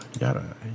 yada